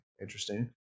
interesting